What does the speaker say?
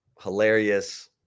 hilarious